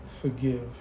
forgive